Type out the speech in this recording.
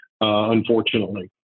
unfortunately